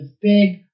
big